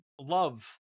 love